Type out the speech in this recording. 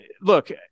look